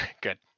Good